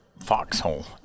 foxhole